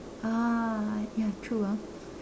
oh ya true ah